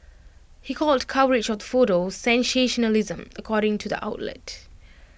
he called coverage of the photo sensationalism according to the outlet